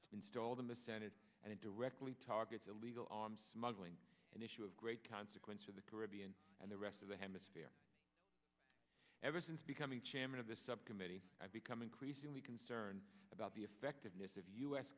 in the senate and it directly targets illegal arms smuggling an issue of great consequence of the caribbean and the rest of the hemisphere ever since becoming chairman of the subcommittee i become increasingly concerned about the effectiveness of u